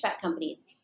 companies